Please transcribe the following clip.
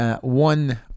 one